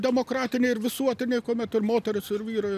demokratiniai ir visuotiniai kuomet ir moterys ir vyrai